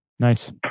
Nice